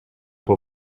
può